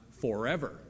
forever